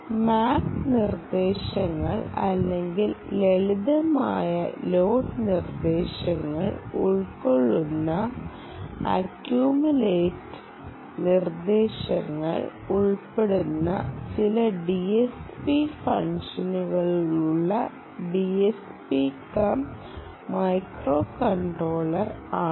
MAC നിർദ്ദേശങ്ങൾ അല്ലെങ്കിൽ ലളിതമായ ലോഡ് നിർദ്ദേശങ്ങൾ ഉൾക്കൊള്ളുന്ന അക്കുമുലെറ്റ് നിർദ്ദേശങ്ങൾ ഉൾപ്പെടുന്ന ചില DSP ഫംഗ്ഷനുകളുള്ള DSP കം മൈക്രോകൺട്രോളർ ആണോ